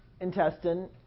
intestine